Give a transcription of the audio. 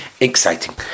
exciting